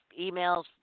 emails